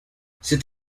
cet